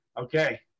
Okay